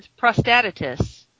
Prostatitis